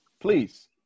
Please